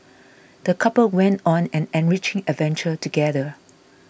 the couple went on an enriching adventure together